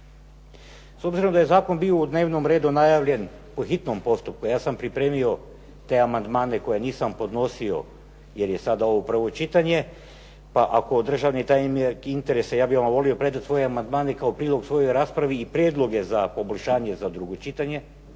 S obzirom da je zakon bio u dnevnom redu najavljen po hitnom postupku, ja sam pripremio te amandmane koje nisam podnosio jer je sada ovo prvo čitanje pa državni tajnik ima neke interese, ja bih vam volio predat svoje amandmane kao prilog svojoj raspravi i prijedloge za poboljšanje za drugo čitanje,